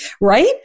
Right